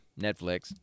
Netflix